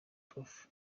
prof